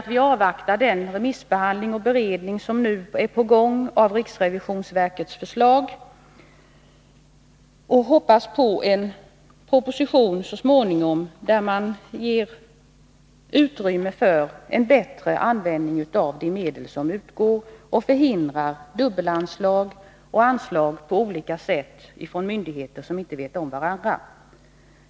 Vi avvaktar den remissbehandling och den beredning av riksrevisionsverkets förslag som nu är på gång och hoppas på en proposition så småningom, där man ger utrymme för en bättre användning av de medel som utgår och förhindrar dubbelanslag — att det på olika sätt ges anslag från olika myndigheter som inte vet av varandra.